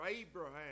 Abraham